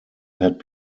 had